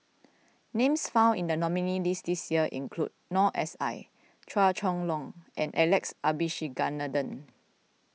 names found in the nominees list this year include Noor S I Chua Chong Long and Alex Abisheganaden